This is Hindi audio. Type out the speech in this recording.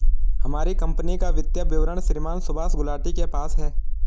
हमारी कम्पनी का वित्तीय विवरण श्रीमान सुभाष गुलाटी के पास है